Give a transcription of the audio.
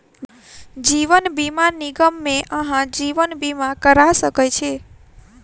जीवन बीमा निगम मे अहाँ जीवन बीमा करा सकै छी